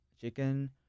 chicken